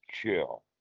chill